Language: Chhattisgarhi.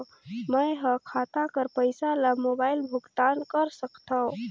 मैं ह खाता कर पईसा ला मोबाइल भुगतान कर सकथव?